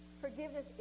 Forgiveness